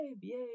Yay